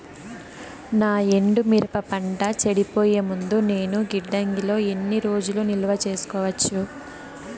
నా ఎండు మిరప పంట చెడిపోయే ముందు నేను గిడ్డంగి లో ఎన్ని రోజులు నిలువ సేసుకోవచ్చు?